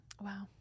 wow